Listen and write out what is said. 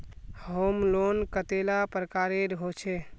Home loan कतेला प्रकारेर होचे?